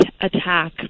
attack